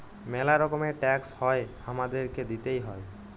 ম্যালা রকমের ট্যাক্স হ্যয় হামাদেরকে দিতেই হ্য়য়